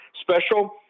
special